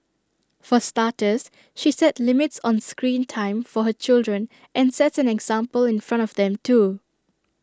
for starters she set limits on screen time for her children and sets an example in front of them too